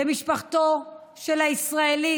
למשפחתו של הישראלי